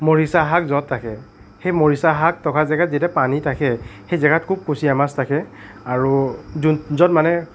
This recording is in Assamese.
মৰিছা শাক য'ত থাকে সেই মৰিছা শাক থকাৰ জেগাত যেতিয়া পানী থাকে সেই জেগাত খুব কুচীয়া মাছ থাকে আৰু যোন য'ত মানে